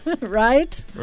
Right